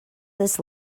this